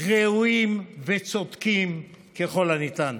ראויים וצודקים ככל האפשר.